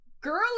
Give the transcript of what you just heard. girly